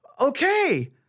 Okay